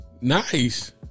Nice